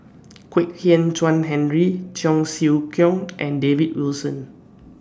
Kwek Hian Chuan Henry Cheong Siew Keong and David Wilson